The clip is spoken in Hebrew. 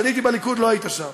כשאני הייתי בליכוד לא היית שם,